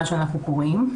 מה שאנחנו קוראים.